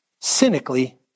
cynically